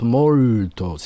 molto